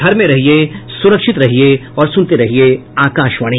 घर में रहिये सुरक्षित रहिये और सुनते रहिये आकाशवाणी